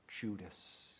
Judas